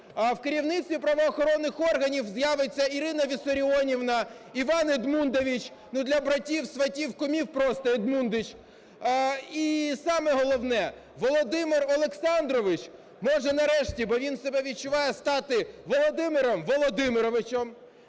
в керівництві правоохоронних органів з'явиться "Ірина Віссаріонівна", "Іван Едмундович", ну для братів-сватів-кумів просто "Едмундич". І, саме головне, Володимир Олександрович, може, нарешті, бо він себе відчуває стати Володимиром Володимировичем,